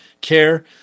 care